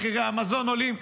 מחירי המזון עולים,